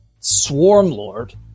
Swarmlord